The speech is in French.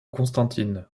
constantine